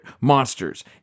monsters